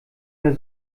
mehr